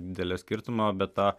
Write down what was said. didelio skirtumo bet to